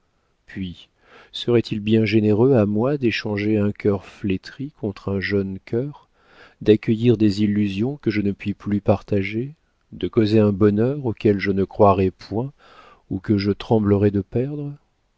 puis serait-il bien généreux à moi d'échanger un cœur flétri contre un jeune cœur d'accueillir des illusions que je ne puis plus partager de causer un bonheur auquel je ne croirais point ou que je tremblerais de perdre